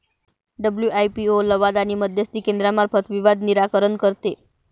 WIPO लवाद आणि मध्यस्थी केंद्रामार्फत विवाद निराकरण करते